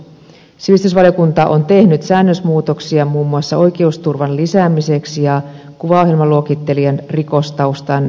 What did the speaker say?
sivistysvaliokunta on tehnyt säännösmuutoksia muun muassa oikeusturvan lisäämiseksi ja kuvaohjelman luokittelijan rikostaustan selvittämiseksi